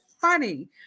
funny